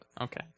Okay